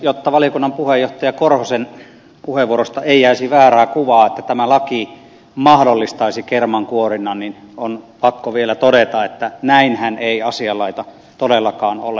jotta valiokunnan puheenjohtaja martti korhosen puheenvuorosta ei jäisi väärää kuvaa että tämä laki mahdollistaisi kermankuorinnan on pakko vielä todeta että näinhän ei asian laita todellakaan ole